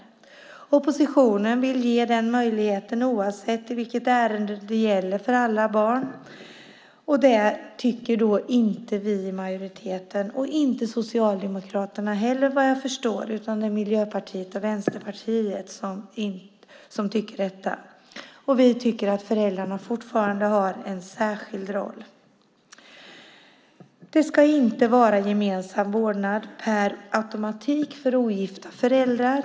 Delar av oppositionen vill ge den möjligheten för alla barn, oavsett vilket ärende det gäller. Det tycker inte vi i majoriteten och inte Socialdemokraterna heller, vad jag förstår, utan det är Miljöpartiet och Vänsterpartiet som tycker detta. Vi tycker att föräldrarna fortfarande har en särskild roll. Det ska inte vara gemensam vårdnad per automatik för ogifta föräldrar.